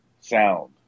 sound